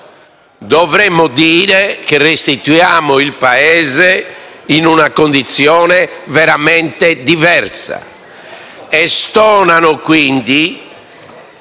dovremmo dire che restituiamo il Paese in una condizione veramente diversa